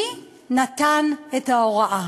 מי נתן את ההוראה?